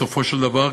בסופו של דבר,